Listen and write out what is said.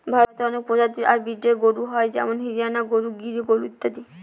ভারতে অনেক প্রজাতি আর ব্রিডের গরু হয় যেমন হরিয়ানা গরু, গির গরু ইত্যাদি